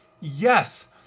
yes